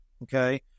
Okay